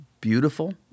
beautiful